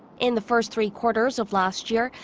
in the first three quarters of last year,